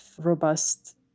robust